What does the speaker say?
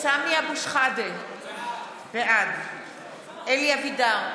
סמי אבו שחאדה, בעד אלי אבידר,